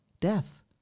Death